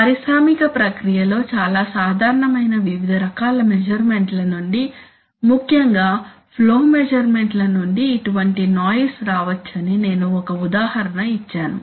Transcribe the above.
పారిశ్రామిక ప్రక్రియలో చాలా సాధారణమైన వివిధ రకాల మెసుర్మెంట్ ల నుండి ముఖ్యంగా ఫ్లో మెసుర్మెంట్ ల నుండి ఇటువంటి నాయిస్ రావచ్చని నేను ఒక ఉదాహరణ ఇచ్చాను